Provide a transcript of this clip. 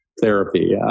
therapy